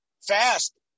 fast